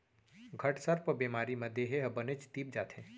घटसर्प बेमारी म देहे ह बनेच तीप जाथे